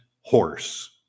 horse